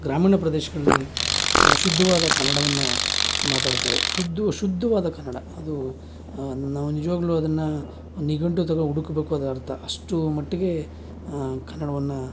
ಗ್ರಾಮೀಣ ಪ್ರದೇಶಗಳಲ್ಲಿ ಶುದ್ಧವಾದ ಕನ್ನಡವನ್ನು ಮಾತಾಡ್ತಾರೆ ಶುದ್ಧವಾದ್ ಕನ್ನಡ ಅದು ನಾವು ನಿಜವಾಗಲೂ ಅದನ್ನು ಒಂದು ನಿಘಂಟು ತಗೊ ಹುಡುಕ್ಬೇಕು ಅದ್ರ ಅರ್ಥ ಅಷ್ಟು ಮಟ್ಟಿಗೆ ಕನ್ನಡವನ್ನು